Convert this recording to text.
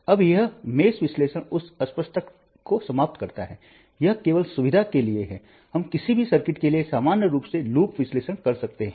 अब यह जाल विश्लेषण उस अस्पष्टता को समाप्त करता है यह केवल सुविधा के लिए है हम किसी भी सर्किट के लिए सामान्य रूप से लूप विश्लेषण कर सकते हैं